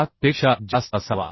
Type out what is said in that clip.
7 पेक्षा जास्त असावा